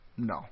No